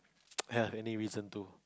any reason to